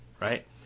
Right